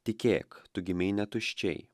tikėk tu gimei netuščiai